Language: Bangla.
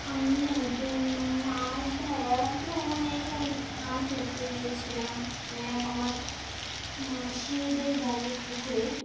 আমি একদিন মাছ ধরা ভ্রমণেই মানে মাছ ধরতে গিয়েছিলাম মানে এক আমার মাসিদের বাড়ির পুকুরে